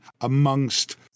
amongst